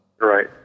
Right